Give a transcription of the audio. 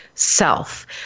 Self